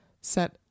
set